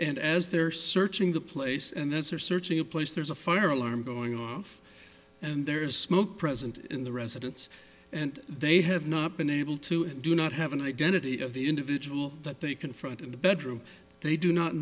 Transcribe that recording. and as they're searching the place and as they're searching a place there's a fire alarm going off and there is smoke present in the residence and they have not been able to it do not have an identity of the individual that they confront in the bedroom they do not